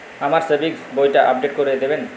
আমার সেভিংস বইটা আপডেট করে দেবেন?